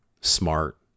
smart